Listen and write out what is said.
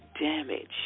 damage